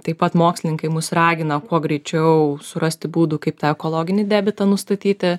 taip pat mokslininkai mus ragina kuo greičiau surasti būdų kaip tą ekologinį debitą nustatyti